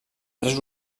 tres